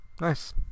nice